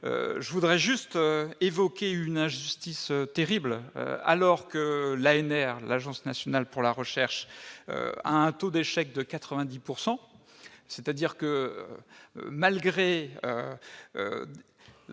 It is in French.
je voudrais juste évoquer une injustice terrible alors que l'ANR, l'Agence nationale pour la recherche, un taux d'échec de 90 pourcent c'est-à-dire que malgré